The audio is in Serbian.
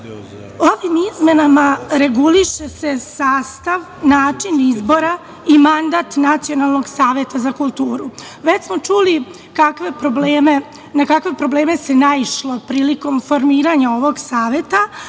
izmenama reguliše se sastav, način izbora i mandat nacionalnog saveta za kulturu. Već smo čuli na kakve probleme se naišlo prilikom formiranja ovog saveta,